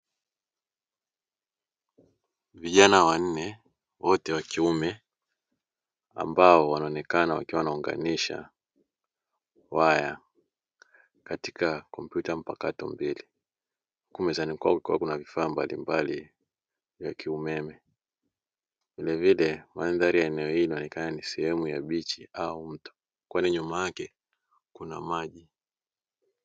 Vijana wanne wote wa kiume ambao wanaonekana wakiwa wanaunganisha waya katika kompyuta mpakato mbili, huku mezani kwao kukiwa kuna vifaa mbalimbali vya kiumeme, vilevile mandhari ya eneo hili inaonekana ni sehemu ya "beach" au mto kwani nyuma yake kuna maji.